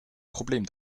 problem